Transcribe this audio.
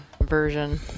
version